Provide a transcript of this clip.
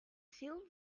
sealed